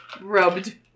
rubbed